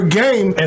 game